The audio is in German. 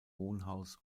wohnhaus